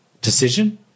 decision